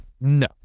No